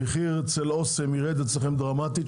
המחיר אצל אסם ירד אצלכם דרמטית,